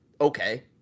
Okay